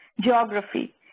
geography